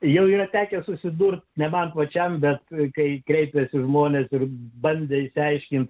jau yra tekę susidurti nebent pačiam bet vaikai kreipiasi žmonės ir bandė išsiaiškinti